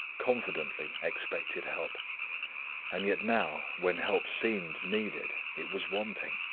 confidently expected help and yet now, when help seemed needed, it was wanting.